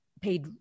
paid